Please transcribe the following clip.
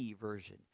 version